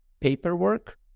paperwork